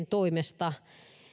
toimesta